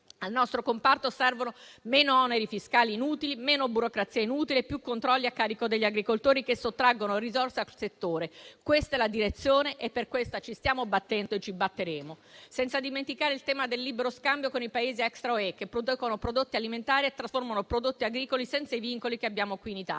Al nostro comparto servono meno oneri fiscali inutili, meno burocrazia inutile e più controlli a carico degli agricoltori che sottraggono risorse al settore. Questa è la direzione e per questa ci stiamo battendo e ci batteremo, senza dimenticare il tema del libero scambio con i Paesi extra UE che producono prodotti alimentari e trasformano prodotti agricoli senza i vincoli che abbiamo qui in Italia.